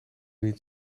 niet